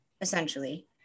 essentially